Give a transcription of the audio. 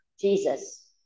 Jesus